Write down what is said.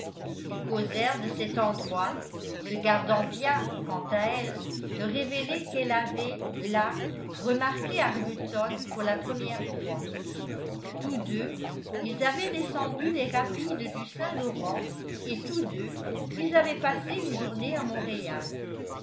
ils causèrent de cet endroit se gardant bien quant à elle de révéler qu'elle avait là remarqué arbuton pour la première fois tous deux ils avaient descendu les rapides du saint-laurent et tous deux ils avaient passé une journée à montréal